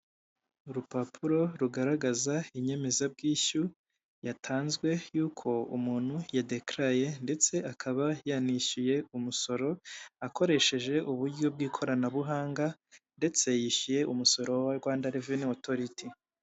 Urupapuro rugaragaza inyemezabwishyu yatanzwe yuko umuntu yadekaraye ndetse akaba yanishyuye, umusoro akoresheje uburyo bw'ikoranabuhanga ndetse yishyuye umusoro wa rwanda reveni otoriti.